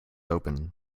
open